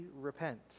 repent